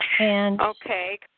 Okay